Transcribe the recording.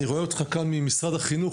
אני רואה אותך כאן ממשרד החינוך,